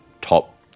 top